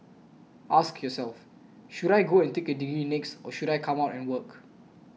ask yourself should I go and take a degree next or should I come out and work